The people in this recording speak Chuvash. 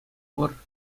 пур